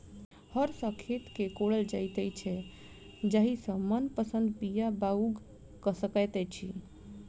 हर सॅ खेत के कोड़ल जाइत छै जाहि सॅ मनपसंद बीया बाउग क सकैत छी